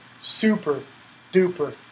super-duper